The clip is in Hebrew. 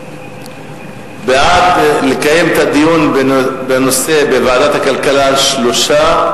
בעד לקיים את הדיון בנושא בוועדת הכלכלה, 3,